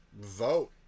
vote